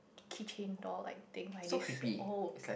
key chain doll like thing like this old